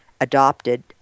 adopted